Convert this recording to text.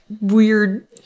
weird